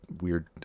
weird